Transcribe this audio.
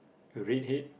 the red head